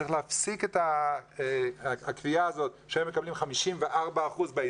צריך להפסיק את הקביעה הזאת שהם מקבלים 54% ביסוד